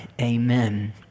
Amen